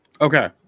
Okay